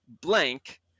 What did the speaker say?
Blank